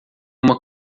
uma